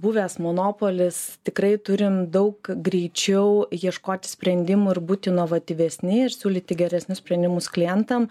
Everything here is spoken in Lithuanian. buvęs monopolis tikrai turim daug greičiau ieškoti sprendimų ir būti inovatyvesni ir siūlyti geresnius sprendimus klientam